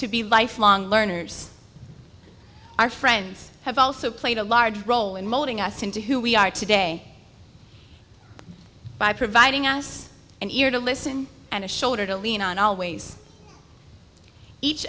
to be lifelong learners our friends have also played a large role in molding us into who we are today by providing us an ear to listen and a shoulder to lean on always each